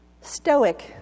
stoic